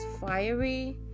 fiery